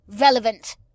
relevant